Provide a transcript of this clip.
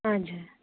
हजुर